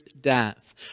death